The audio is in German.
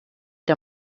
der